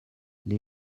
les